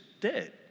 dead